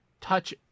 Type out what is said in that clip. touch